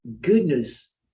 goodness